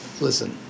listen